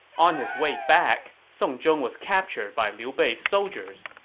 on his way back, song zhong was captured by liu bei's soldiers.